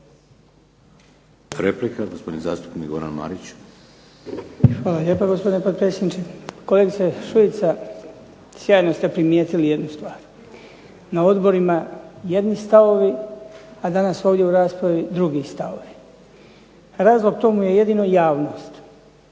Replika, gospodin zastupnik Goran Marić. **Marić, Goran (HDZ)** Hvala lijepa gospodine potpredsjedniče. Kolegice Šuica, sjajno ste primijetili jednu stvar. Na odborima jedni stavovi, a danas ovdje u raspravi drugi stavovi. Razlog tomu je jedino javnost,